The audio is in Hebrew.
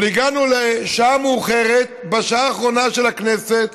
אבל הגענו לשעה מאוחרת, לשעה האחרונה של הכנסת,